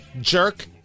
jerk